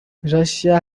russia